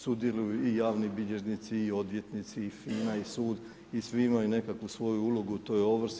Sudjeluju i javni bilježnici i odvjetnici i FINA i sud i svi imaju nekakvu svoju ulogu u toj ovrsi.